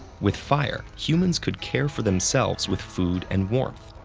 with fire, humans could care for themselves with food and warmth.